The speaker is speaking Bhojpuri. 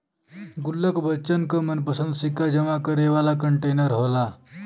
गुल्लक बच्चन क मनपंसद सिक्का जमा करे वाला कंटेनर होला